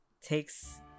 takes